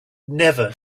never